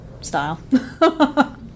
style